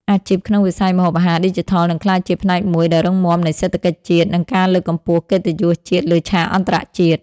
អាជីពក្នុងវិស័យម្ហូបអាហារឌីជីថលនឹងក្លាយជាផ្នែកមួយដ៏រឹងមាំនៃសេដ្ឋកិច្ចជាតិ និងការលើកកម្ពស់កិត្តិយសជាតិលើឆាកអន្តរជាតិ។